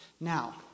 Now